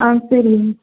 ஆ சரி